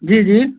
जी जी